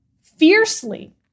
fiercely